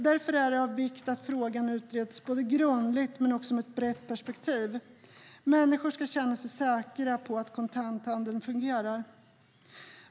Därför är det av vikt att frågan utreds både grundligt och med ett brett perspektiv. Människor ska känna sig säkra på att kontanthandeln fungerar.